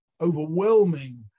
overwhelming